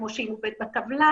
כמו שהיא מובאת בטבלה,